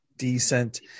decent